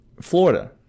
Florida